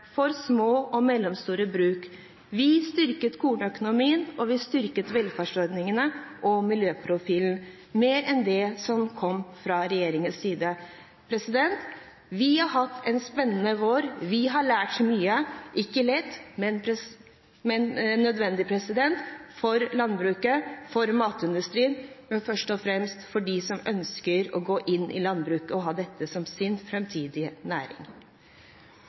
for små og mellomstore bruk. Vi styrket kornøkonomien. Vi styrket velferdsordningene og miljøprofilen mer enn det man gjorde fra regjeringens side. Vi har hatt en spennende vår. Vi har lært mye. Det har ikke vært lett, men det har vært nødvendig for landbruket og for matindustrien – men først og fremst for dem som ønsker å gå inn i landbruket og ha det som sin framtidige næring.